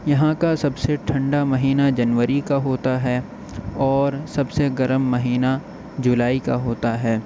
یہاں کا سب سے ٹھنڈہ مہینہ جنوری کا ہوتا ہے اور سب سے گرم مہینہ جولائی کا ہوتا ہے